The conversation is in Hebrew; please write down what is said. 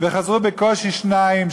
וחזרו בקושי שניים,